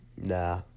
nah